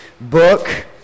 book